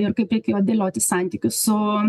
ir kaip reikėjo dėlioti santykius su